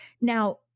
Now